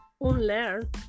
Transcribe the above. unlearn